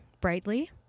brightly